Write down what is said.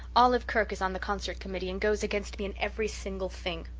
olive kirk is on the concert committee and goes against me in every single thing.